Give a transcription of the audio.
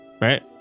Right